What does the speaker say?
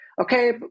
okay